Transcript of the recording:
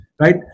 right